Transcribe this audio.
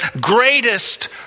greatest